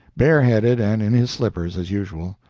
bareheaded and in his slippers, as usual.